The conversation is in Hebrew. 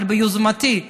אבל ביוזמתי,